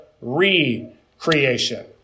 re-creation